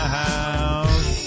house